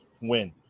win